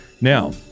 Now